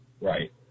Right